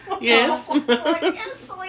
yes